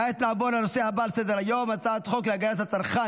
כעת נעבור לנושא הבא על סדר-היום: הצעת חוק להגנה על הצרכן